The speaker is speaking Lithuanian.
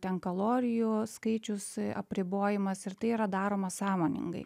ten kalorijų skaičius apribojimas ir tai yra daroma sąmoningai